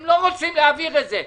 הם לא רוצים להעביר את זה.